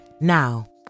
Now